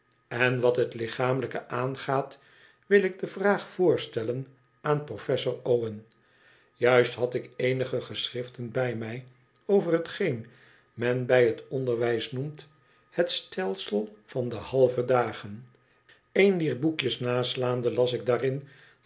en wat het lichamelijke aangaat wil ik de vraag voorstellen aan professor o wen juist had ik eenige geschriften bij mij over hetgeen men bij het onderwijs noemt het stelsel van de halve dagen een dier boekjes naslaande las ik daarin